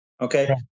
Okay